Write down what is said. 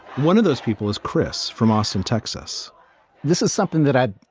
one of those people is chris from austin, texas this is something that i,